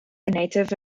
native